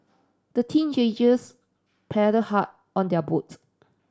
the paddled hard on their boats